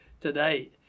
today